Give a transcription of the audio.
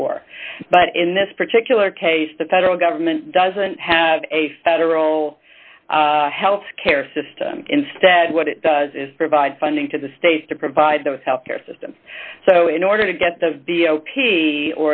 four but in this particular case the federal government doesn't have a federal health care system instead what it does is provide funding to the states to provide the health care system so in order to get the v o p